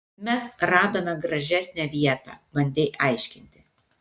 mes radome gražesnę vietą bandei aiškinti